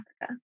Africa